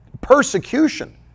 persecution